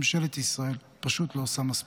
ממשלת ישראל פשוט לא עושה מספיק.